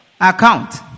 account